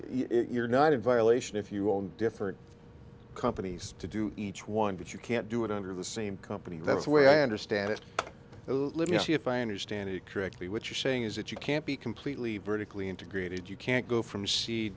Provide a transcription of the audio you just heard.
you're not in violation if you own different companies to do each one but you can't do it under the same company that's the way i understand it a little see if i understand it correctly what you're saying is that you can't be completely vertically integrated you can't go from see